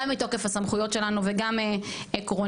גם מתוקף הסמכויות שלנו וגם עקרונית,